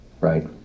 right